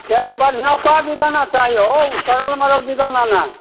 केहन बढ़िआँ केहन बेदाना चाही हो ओ सड़ल मरल बेदाना नहि